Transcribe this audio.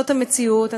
זאת המציאות,